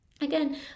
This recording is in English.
Again